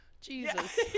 Jesus